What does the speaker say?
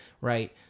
Right